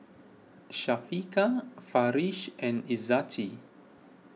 Syafiqah Farish and Izzati